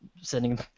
sending